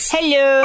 Hello